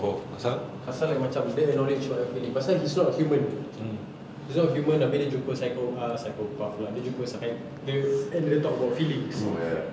oh asal pasal yang macam dia acknowledge whatever feelings pasal he's not human mm he's not human abeh dia jumpa psycho ah psychopath pula dia jumpa psychiatrist dia and dia talk about feelings oh ya